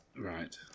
Right